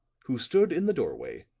who stood in the doorway,